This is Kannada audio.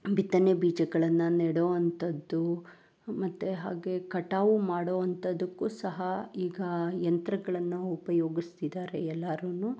ಬಿತ್ತನೆ ಬೀಜಗಳನ್ನು ನೆಡುವಂಥದ್ದು ಮತ್ತು ಹಾಗೇ ಕಟಾವು ಮಾಡುವಂಥದ್ದಕ್ಕೂ ಸಹ ಈಗ ಯಂತ್ರಗಳನ್ನು ಉಪಯೋಗಿಸ್ತಿದ್ದಾರೆ ಎಲ್ಲರೂ